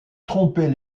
tromper